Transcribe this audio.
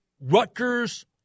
Rutgers